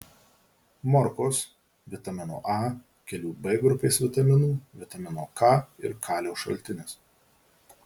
morkos vitamino a kelių b grupės vitaminų vitamino k ir kalio šaltinis